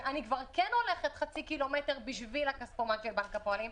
אני הולכת חצי ק"מ בשביל הכספומט של בנק הפועלים,